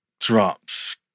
drops